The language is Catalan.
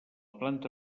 planta